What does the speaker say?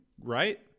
right